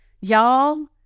Y'all